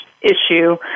issue